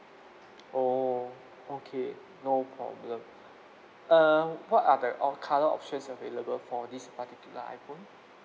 oh okay no problem uh what are opt~ colour options available for this particular iphone